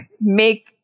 make